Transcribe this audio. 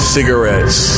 cigarettes